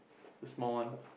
the small one